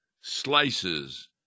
slices